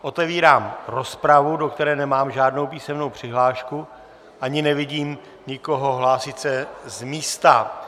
Otevírám rozpravu, do které nemám žádnou písemnou přihlášku ani nevidím nikoho hlásit se z místa.